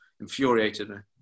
infuriated